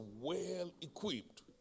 well-equipped